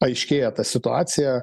aiškėja ta situacija